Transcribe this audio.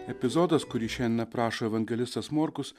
epizodas kurį šiandien aprašo evangelistas morkus